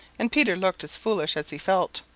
and peter looked as foolish as he felt.